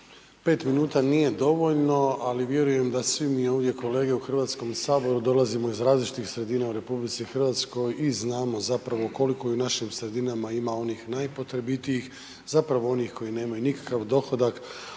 5 minuta nije dovoljno ali vjerujem da svi mi ovdje kolege u Hrvatskom saboru dolazimo iz različitih sredina u RH i znamo koliko u našim sredinama ima onih najpotrebitijih, zapravo onih koji nemaju nikakav dohodak,